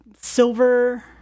silver